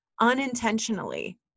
unintentionally